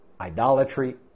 idolatry